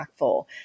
impactful